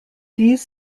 these